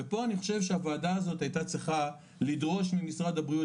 ופה אני חושב שהוועדה הזאת הייתה צריכה לדרוש ממשרד הבריאות